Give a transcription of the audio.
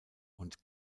und